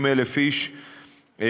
80,000 איש מבתיהם,